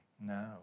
no